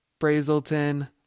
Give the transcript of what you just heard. Brazelton